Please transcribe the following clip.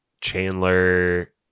Chandler